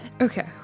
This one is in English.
Okay